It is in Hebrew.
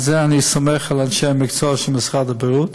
בזה אני סומך על אנשי המקצוע של משרד הבריאות.